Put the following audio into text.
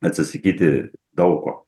atsisakyti daug ko